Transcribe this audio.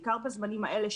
בעיקר בזמנים האלה.